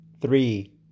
three